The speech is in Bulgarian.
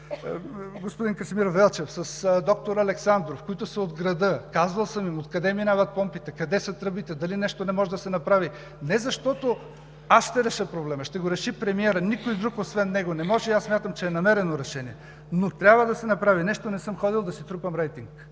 господин Красимир Велчев, с доктор Александров, които са от града. Казвал съм им откъде минават помпите, къде са тръбите, дали нещо не може да се направи, не защото аз ще реша проблема – ще го реши премиерът. Никой друг освен него не може да го реши и аз смятам, че е намерено решение, но трябва да се направи нещо. Не съм ходил да си трупам рейтинг.